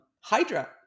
Hydra